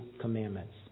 commandments